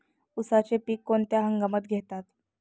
उसाचे पीक कोणत्या हंगामात घेतात?